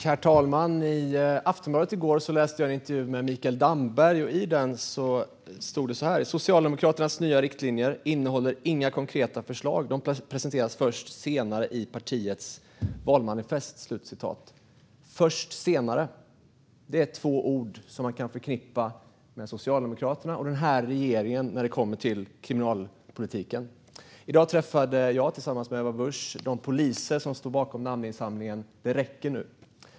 Herr talman! I gårdagens Aftonbladet läste jag en intervju med Mikael Damberg. I den stod det så här: Socialdemokraternas nya riktlinjer innehåller inga konkreta förslag - de presenteras först senare i partiets valmanifest. "Först senare" är två ord man kan förknippa med Socialdemokraterna och den här regeringen när det kommer till kriminalpolitiken. I dag träffade jag tillsammans med Ebba Busch de poliser som står bakom namninsamlingen Det räcker nu.